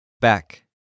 Back